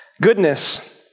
Goodness